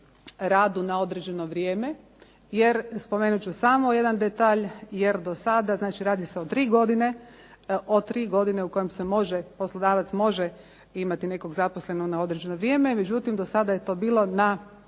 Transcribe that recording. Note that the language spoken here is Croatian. radu na određeno vrijeme. Jer spomenut ću samo jedan detalj, jer do sada, znači radi se o tri godine, od tri godine u kojem se poslodavac može imati nekog zaposlenog na određeno vrijeme. Međutim, do sada je to bilo na